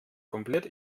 komplett